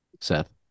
Seth